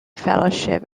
fellowship